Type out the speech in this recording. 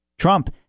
Trump